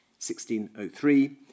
1603